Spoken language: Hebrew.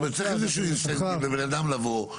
צריך איזשהו אינסנטיב לבן אדם לבוא,